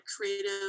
creative